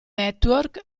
network